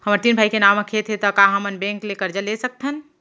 हमर तीन भाई के नाव म खेत हे त का हमन बैंक ले करजा ले सकथन?